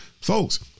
Folks